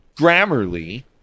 Grammarly